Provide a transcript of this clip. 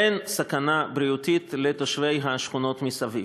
אין סכנה בריאותית לתושבי השכונות מסביב.